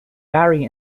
vary